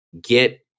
get